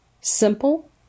Simple